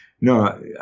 no